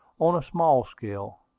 on a small scale.